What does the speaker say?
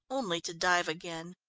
only to dive again.